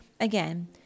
again